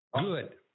Good